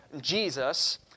Jesus